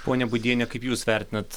ponia būdiene kaip jūs vertinat